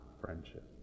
friendship